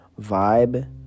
Vibe